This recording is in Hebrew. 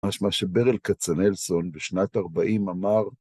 מה שברל כצנלסון בשנת 40' אמר..